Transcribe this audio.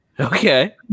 Okay